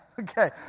Okay